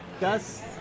Gus